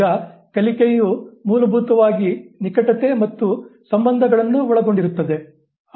ಈಗ ಕಲಿಕೆಯು ಮೂಲಭೂತವಾಗಿ ನಿಕಟತೆ ಮತ್ತು ಸಂಬಂಧಗಳನ್ನು ಒಳಗೊಂಡಿರುತ್ತದೆ